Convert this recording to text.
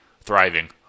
thriving